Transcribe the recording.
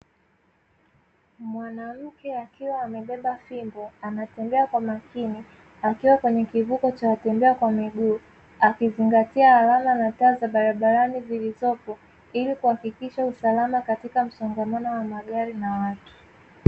Mwanamke akiwa amebeba fimbo, anatembea kwa makini akiwa kwenye kivuko cha watembea kwa miguu, akizingatia alama na taa za barabarani zilizopo ili kuhakikisha usalama katika msongamano wa magari na watu.